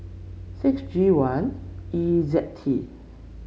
six G one E Z T